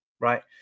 Right